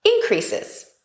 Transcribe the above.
increases